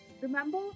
remember